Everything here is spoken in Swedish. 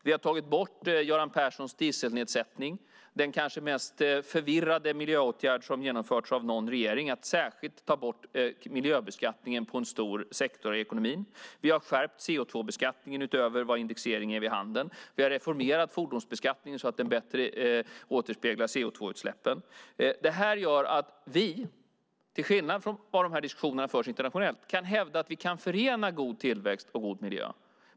Vi har tagit bort Göran Perssons dieselnedsättning, den kanske mest förvirrade miljöåtgärd som genomförts av någon regering, det vill säga att särskilt ta bort miljöbeskattningen på en stor sektor i ekonomin. Vi har skärpt CO2-beskattningen utöver vad indexering ger vid handen. Vi har reformerat fordonsbeskattningen så att den bättre återspeglar CO2-utsläppen. Detta gör att vi, till skillnad från hur de här diskussionerna förs internationellt, kan hävda att vi kan förena god tillväxt och god miljö.